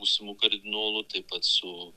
būsimu kardinolu taip pat su